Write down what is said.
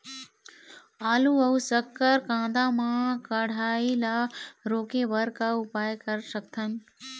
आलू अऊ शक्कर कांदा मा कढ़ाई ला रोके बर का उपाय कर सकथन?